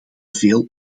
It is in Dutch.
veel